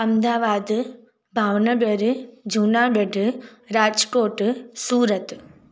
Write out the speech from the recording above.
Ahmedabad Bhavnagar Junagadh Rajkot Surat